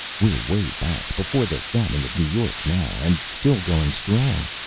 we're way back before the founding of new york now, and still going strong.